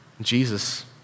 Jesus